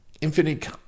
infinite